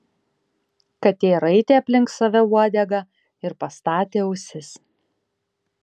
katė raitė aplink save uodegą ir pastatė ausis